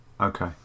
Okay